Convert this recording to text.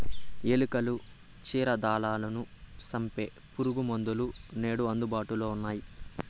ఎలుకలు, క్షీరదాలను సంపె పురుగుమందులు నేడు అందుబాటులో ఉన్నయ్యి